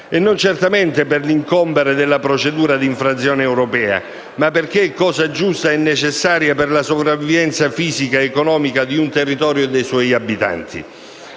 e non certamente per l'incombere della procedura di infrazione europea, ma perché è cosa giusta e necessaria per la sopravvivenza fisica ed economica di un territorio e dei suoi abitanti.